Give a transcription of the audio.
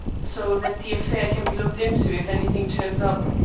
so that the affair can be looked into if anything turns up.